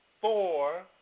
four